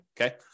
Okay